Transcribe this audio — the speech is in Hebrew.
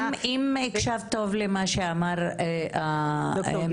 אם הקשבת טוב למה שאמר המשנה,